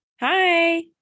Hi